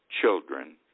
children